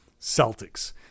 Celtics